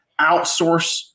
outsource